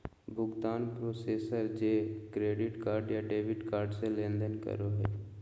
भुगतान प्रोसेसर जे credit card या डेबिट कार्ड से लेनदेन करो हइ